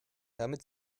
damit